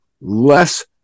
less